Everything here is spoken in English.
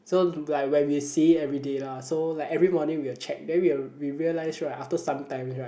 so like where we see it everyday lah so like every morning we will check then we'll we realize right after some time right